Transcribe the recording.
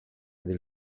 del